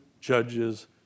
judges